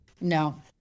No